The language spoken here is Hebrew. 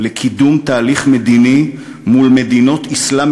לקידום תהליך מדיני מול מדינות אסלאם